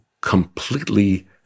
completely